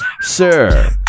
Sir